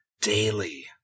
daily